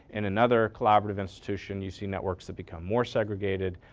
in another collaborative institution you see networks have become more segregated.